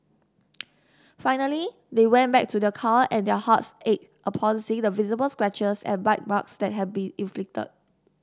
finally they went back to their car and their hearts ached upon seeing the visible scratches and bite marks that had been inflicted